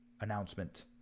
announcement